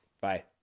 bye